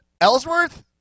Ellsworth